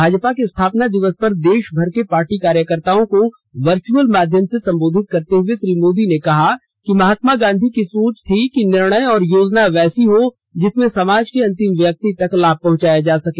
भाजपा के स्थापना दिवस पर देश भर के पार्टी कार्यकर्ताओं को वर्चअल माध्यम से संबोधित करते हुए श्री मोदी ने कहा कि महात्मा गांधी की सोच थी कि निर्णय और योजना वैसी हो जिससे समाज के अंतिम व्यक्ति तक लाभ पहुंचाया जा सके